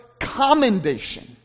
commendation